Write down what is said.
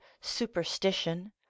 superstition